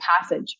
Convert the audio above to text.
passage